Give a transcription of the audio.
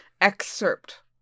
excerpt